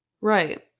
Right